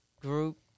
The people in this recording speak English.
group